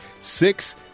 six